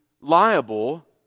liable